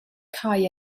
cau